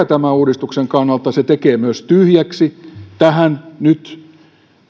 tämän uudistuksen kannalta ja se tekee myös tyhjäksi tähän nyt